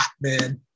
man